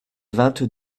vingt